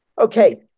okay